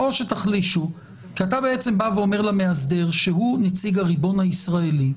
או שתחלישו כי אתה אומר למאסדר שהוא נציג הריבון הישראלי.